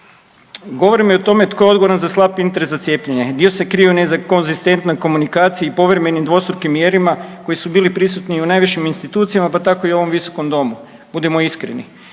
Govorimo i o tome tko je odgovoran za slab interes za cijepljenje. Dio se krije iza nekonzistentnoj komunikaciji i povremenim dvostrukim mjerilima koji su bili prisutni i u najvišim institucijama, pa tako i u ovom visokom domu budimo iskreni.